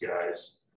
guys